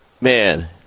Man